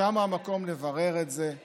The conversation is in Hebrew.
שם המקום לברר את זה.